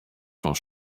fan